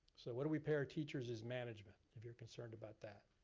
so what do we pay our teachers as management if your concerned about that.